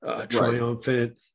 triumphant